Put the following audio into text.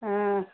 ہاں